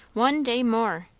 one day more